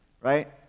right